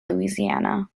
louisiana